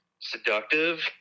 seductive